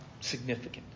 significant